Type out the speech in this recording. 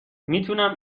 میتونم